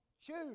choose